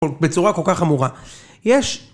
בצורה כל כך אמורה. יש...